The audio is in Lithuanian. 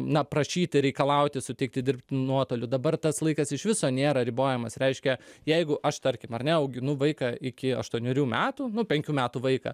na prašyti reikalauti sutikti dirbt nuotoliu dabar tas laikas iš viso nėra ribojamas reiškia jeigu aš tarkim ar ne auginu vaiką iki aštuonerių metų nu penkių metų vaiką